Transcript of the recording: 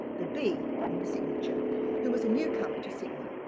the b in the signature who was a newcomer to sydney.